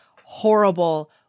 horrible